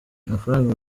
amafaranga